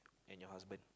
and your husband